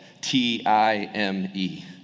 T-I-M-E